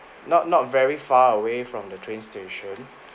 not not very far away from the train station